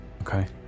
Okay